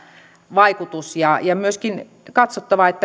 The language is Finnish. vaikutus ja ja myöskin katsottava